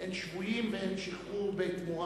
ואין שבויים ואין שחרור בתמורה.